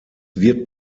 wird